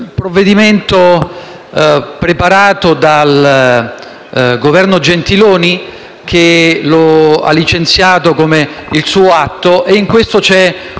Un provvedimento preparato dal Governo Gentiloni Silveri, che lo ha licenziato come suo atto, e in questo c'è